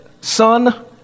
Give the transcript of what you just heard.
son